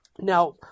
Now